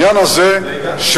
בשביל זה הגעתי.